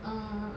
err